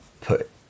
put